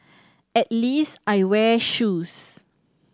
at least I wear shoes